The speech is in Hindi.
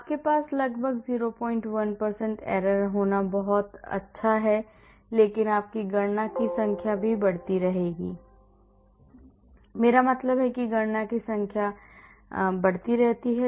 आपके पास लगभग 01 error होना बहुत अच्छी है लेकिन आपकी गणना की संख्या भी बढ़ती रहेगी मेरा मतलब है कि गणना की संख्या भी बढ़ती रहती है